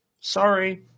Sorry